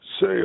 say